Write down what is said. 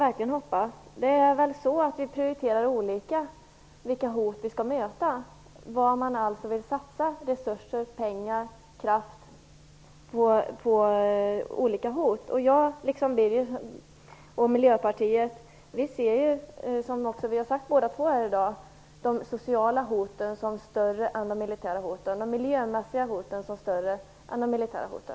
Vi prioriterar olika vilka hot vi skall möta, dvs. mot vilka hot man vill satsa resurser, pengar och kraft. Jag liksom Birger Schlaug och Miljöpartiet ser, som vi också har sagt här i dag båda två, de sociala hoten som större än de militära hoten och de miljömässiga hoten som större än de militära hoten.